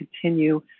continue